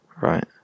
right